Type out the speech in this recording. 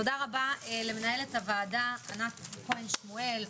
תודה רבה למנהלת הוועדה ענת כהן שמואל,